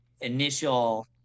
initial